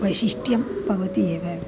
वैशिष्ट्यं भवति एव